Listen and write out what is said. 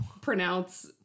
pronounce